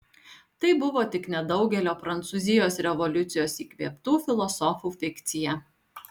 tai buvo tik nedaugelio prancūzijos revoliucijos įkvėptų filosofų fikcija